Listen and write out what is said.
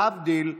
להבדיל,